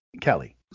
Kelly